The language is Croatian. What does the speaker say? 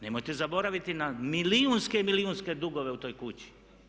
Nemojte zaboraviti na milijunske i milijunske dugove u toj kući.